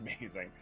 amazing